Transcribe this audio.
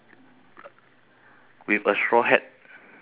some seashell on the floor and a fishing net